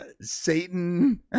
Satan